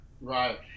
Right